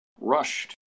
rushed